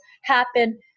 happen